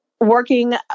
working